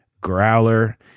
Growler